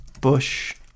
Bush